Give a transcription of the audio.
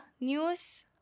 news